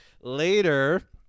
later